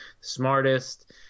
smartest